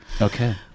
Okay